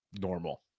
normal